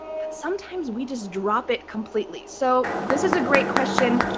but sometimes we just drop it completely. so this is a great question.